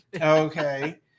Okay